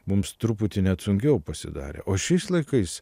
mums truputį net sunkiau pasidarė o šiais laikais